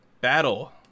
battle